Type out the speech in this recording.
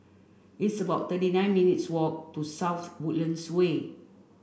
it's about thirty nine minutes' walk to South Woodlands Way